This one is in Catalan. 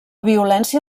violència